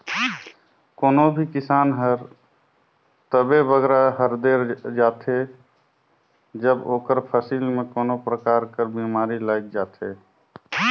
कोनो भी किसान हर तबे बगरा हदेर जाथे जब ओकर फसिल में कोनो परकार कर बेमारी लइग जाथे